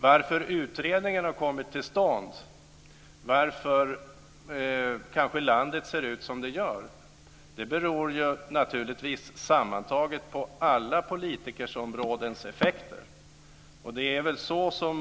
Bakgrunden till att utredningen har kommit till stånd och till att landet ser ut som det gör är naturligtvis de sammantagna effekterna av politiken på alla politikområden.